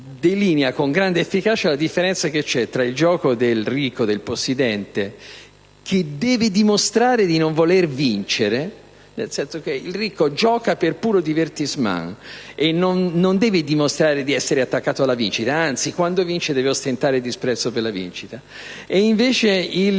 con grande efficacia la differenza tra il gioco del povero e quello del ricco, del possidente che deve dimostrare di non voler vincere: il ricco gioca per puro *divertissement* e non deve dimostrare di essere attaccato alla vincita, anzi, quando vince deve ostentare il disprezzo per la vincita; il povero, il